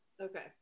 Okay